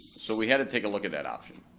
so we had to take a look at that option.